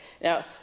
Now